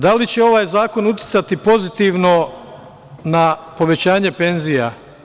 Da li će ovaj zakon uticati pozitivno na povećanje penzija?